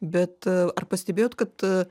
bet ar pastebėjot kad